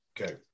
Okay